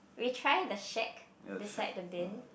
we try the shack beside the bin